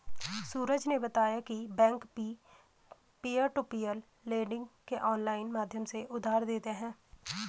सूरज ने बताया की बैंक भी पियर टू पियर लेडिंग के ऑनलाइन माध्यम से उधार देते हैं